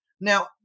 Now